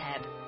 tab